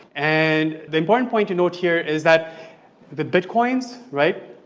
and the important point to note here is that the bit coins right?